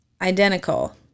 Identical